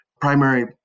primary